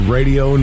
Radio